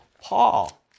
Paul